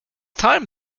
time